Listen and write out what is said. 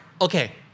okay